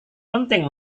penting